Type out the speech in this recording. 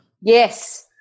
Yes